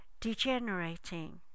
degenerating